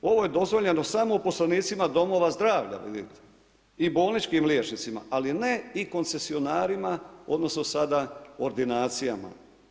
Ovo je dozvoljeno samo u poslovnicima domova zdravlja vidite i bolničkim liječnicima, ali ne i koncesionarima, odnosno sada ordinacijama.